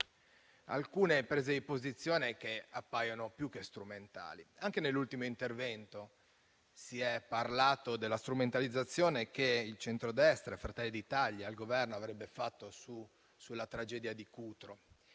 alcune prese di posizione che appaiono più che strumentali. Anche nell'ultimo intervento si è parlato della strumentalizzazione che il centrodestra, Fratelli d'Italia e il Governo avrebbero fatto sulla tragedia di Cutro.